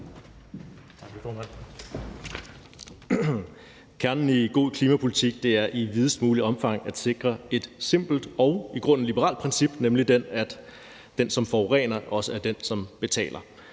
Kernen i en god klimapolitik er i videst muligt omfang at sikre et simpelt og i grunden liberalt princip, nemlig det, at den, som forurener, også er den, som betaler.